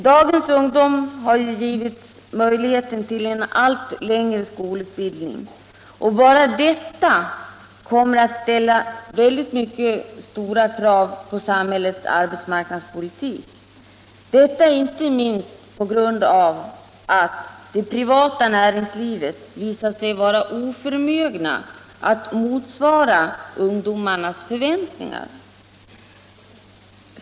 Dagens ungdom har givits möjlighet till en allt längre skolutbildning, och bara detta kommer att ställa mycket stora krav på samhällets arbetsmarknadspolitik, inte minst på grund av att det privata näringslivet visat sig vara oförmöget att motsvara ungdomens förväntningar.